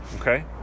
Okay